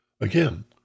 Again